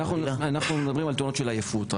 אנחנו מדברים רק על תאונות מעייפות.